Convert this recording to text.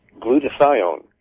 glutathione